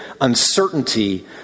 uncertainty